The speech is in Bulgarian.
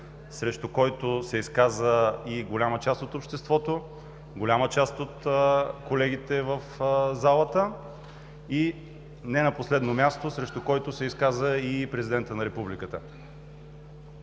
срещу който се изказа и голяма част от обществото, голяма част от колегите в залата и не на последно място – срещу който се изказа и президентът на Републиката.